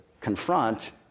confront